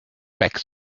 back